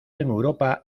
europa